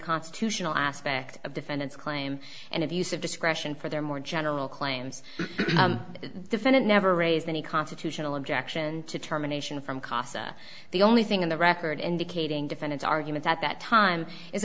constitutional aspect of defendants claim and abuse of discretion for their more general claims defendant never raised any constitutional objection to terminations from casa the only thing on the record indicating defendant's argument at that time i